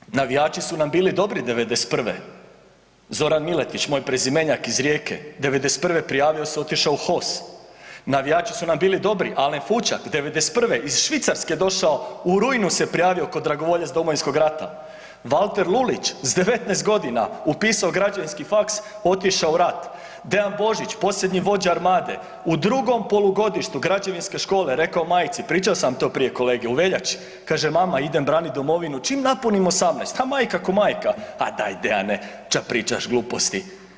Dakle, navijači su nam bili dobri '91., Zoran Miletić moj prezimenjak iz rijeke, '91. prijavio se otišao u HOS, navijači su nam bili dobri, Alen Fučak '91. iz Švicarske došao u rujnu se prijavio ko dragovoljac Domovinskog rata, Valter Lulić s 19 godina upisao Građevinski faks otišao u rat, Dean Božić posljednji vođa Armade, u drugom polugodištu Građevinske škole, rekao majci, pričao sam to prije kolege u veljači, kaže mama idem branit domovinu čim napunim 18, a majka ko majka, ma daj Deane ća pričaš gluposti.